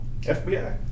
FBI